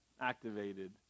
activated